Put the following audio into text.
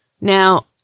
Now